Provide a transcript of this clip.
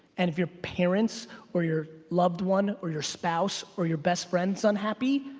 and if your parents or your loved one or your spouse or your best friend's unhappy,